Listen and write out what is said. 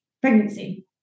pregnancy